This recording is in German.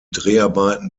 dreharbeiten